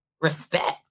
respect